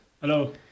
Hello